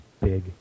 big